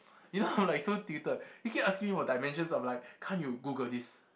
you know I'm like so tilted he kept asking me for dimensions I'm like can't you Google this